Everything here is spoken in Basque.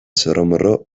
zomorro